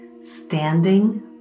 standing